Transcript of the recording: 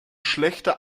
schlechte